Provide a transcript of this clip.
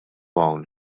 hawn